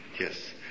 yes